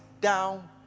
down